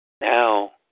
Now